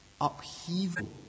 upheaval